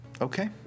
Okay